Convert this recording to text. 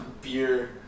beer